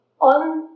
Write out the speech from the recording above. on